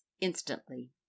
instantly